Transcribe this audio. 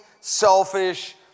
selfish